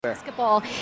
Basketball